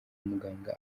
muganga